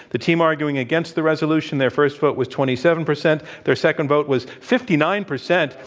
the team arguing against the resolution their first vote was twenty seven percent their second vote was fifty nine percent.